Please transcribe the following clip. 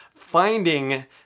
Finding